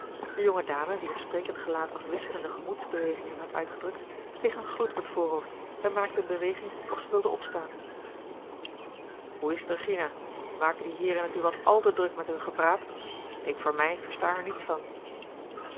de jonge dame wier sprekend gelaat afwisselende gemoedsbewegingen had uitgedrukt kreeg een gloed op het voorhoofd en maakte eene beweging of zij wilde opstaan hoe is t regina maken die heeren het u wat al te druk met hun gepraat ik voor mij versta er niets van